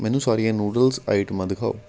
ਮੈਨੂੰ ਸਾਰੀਆਂ ਨੂਡਲਜ਼ ਆਈਟਮਾਂ ਦਿਖਾਓ